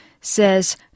says